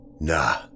Nah